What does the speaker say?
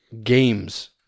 games